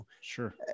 Sure